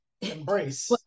embrace